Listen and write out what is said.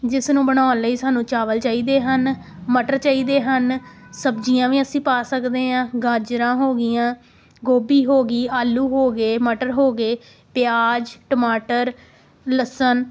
ਜਿਸ ਨੂੰ ਬਣਾਉਣ ਲਈ ਸਾਨੂੰ ਚਾਵਲ ਚਾਹੀਦੇ ਹਨ ਮਟਰ ਚਾਹੀਦੇ ਹਨ ਸਬਜ਼ੀਆਂ ਵੀ ਅਸੀਂ ਪਾ ਸਕਦੇ ਹਾਂ ਗਾਜਰਾਂ ਹੋ ਗਈਆਂ ਗੋਭੀ ਹੋ ਗਈ ਆਲੂ ਹੋ ਗਏ ਮਟਰ ਹੋ ਗਏ ਪਿਆਜ਼ ਟਮਾਟਰ ਲਸਣ